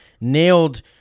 nailed